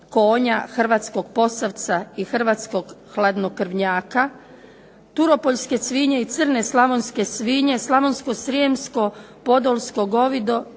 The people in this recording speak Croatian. konja H hrvatskog posavca i hrvatskog hladnokrvnjaka, turopoljske svinje i crne slavonske svinje, slavonsko-srijemsko podolsko govedo,